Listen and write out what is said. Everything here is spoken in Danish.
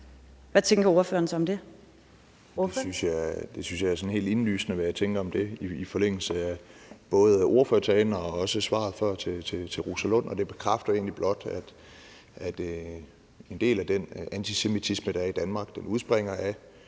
Alex Vanopslagh (LA): Det synes jeg er sådan helt indlysende, hvad jeg tænker om det, i forlængelse af både ordførertalen og også svaret før til fru Rosa Lund, og det bekræfter egentlig blot, at en del af den antisemitisme, der er i Danmark, udspringer af